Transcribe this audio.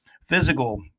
physical